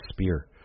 spear